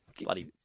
Bloody